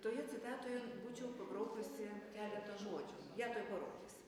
toje citatoje būčiau pabraukusi keletą žodžių ją tuoj parodys